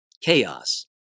Chaos